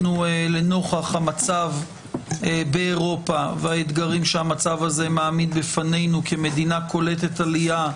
נוכח המצב באירופה והאתגרים שהמצב הזה מעמיד בפנינו כמדינה קולטת עלייה,